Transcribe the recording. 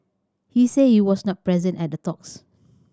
he said he was not present at the talks